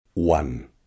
one